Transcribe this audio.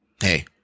Hey